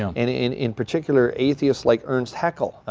and in in particular atheists like ernst haeckel,